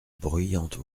bruyantes